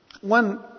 One